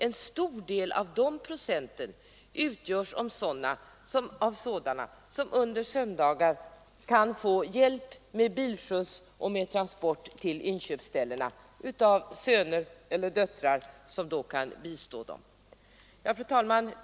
En stor del av de procenten utgörs av människor som just under söndagar kan få hjälp med bilskjuts till inköpsställena av t.ex. söner eller döttrar. Fru talman!